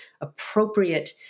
appropriate